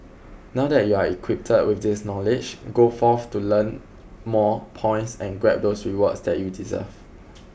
now that you're equipped with this knowledge go forth to learn more points and grab those rewards that you deserve